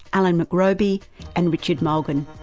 alan mcrobie and richard mulgan.